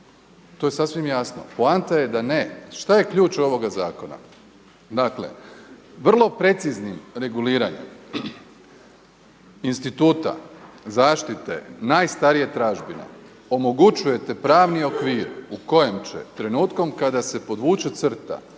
to je sasvim jasno. Poanta je da ne. Šta je ključ ovoga zakona? Dakle, vrlo preciznim reguliranjem instituta zaštite najstarije tražbine omogućujete pravni okvir u kojem će trenutkom kada se podvuče crta,